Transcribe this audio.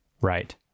right